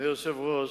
אדוני היושב-ראש,